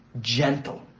gentle